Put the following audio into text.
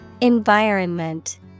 Environment